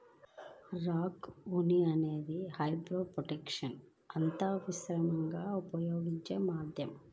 rock ఉన్ని అనేది హైడ్రోపోనిక్స్లో అత్యంత విస్తృతంగా ఉపయోగించే మాధ్యమం